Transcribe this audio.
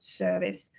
service